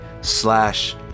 slash